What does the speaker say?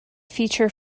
feature